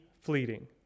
fleeting